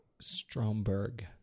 Stromberg